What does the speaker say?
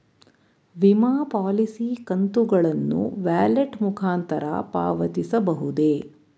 ವಿಮಾ ಪಾಲಿಸಿ ಕಂತುಗಳನ್ನು ವ್ಯಾಲೆಟ್ ಮುಖಾಂತರ ಪಾವತಿಸಬಹುದೇ?